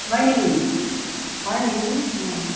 হয় নেকি হয় নেকি অঁ